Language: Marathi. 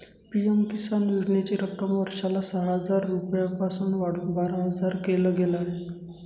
पी.एम किसान योजनेची रक्कम वर्षाला सहा हजार रुपयांपासून वाढवून बारा हजार केल गेलं आहे